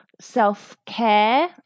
self-care